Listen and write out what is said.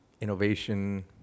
Innovation